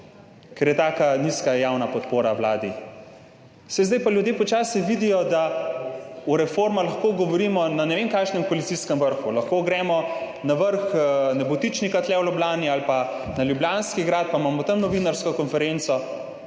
ker je taka nizka javna podpora vladi. Saj zdaj pa ljudje počasi vidijo, da o reformah lahko govorimo na ne vem kakšnem koalicijskem vrhu, lahko gremo na vrh Nebotičnika tu v Ljubljani ali pa na Ljubljanski grad in imamo tam novinarsko konferenco,